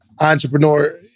entrepreneur